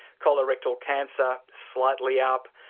colorectal cancer, slightly up.